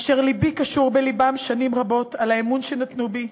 אשר לבי קשור בלבם שנים רבות, על האמון שנתנו בי,